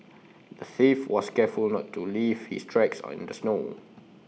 the thief was careful to not leave his tracks in the snow